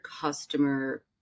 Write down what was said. customer